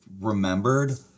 remembered